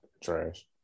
trash